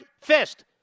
fist